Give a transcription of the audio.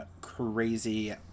crazy